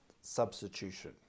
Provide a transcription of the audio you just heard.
substitution